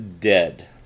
dead